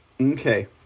Okay